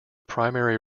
primary